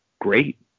great